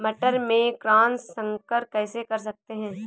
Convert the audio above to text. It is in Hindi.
मटर में क्रॉस संकर कैसे कर सकते हैं?